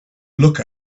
look